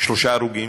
שלושה הרוגים,